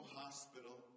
hospital